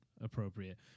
appropriate